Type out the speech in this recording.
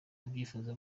ababyifuza